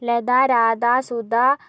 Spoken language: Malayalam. ലത രാധ സുധ